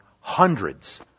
hundreds